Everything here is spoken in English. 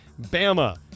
Bama